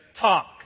talk